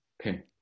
Okay